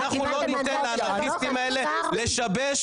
ואנחנו לא ניתן לאנרכיסטים האלה לשבש